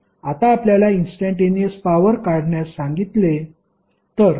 आता आपल्याला instantaneous power काढण्यास सांगितले तर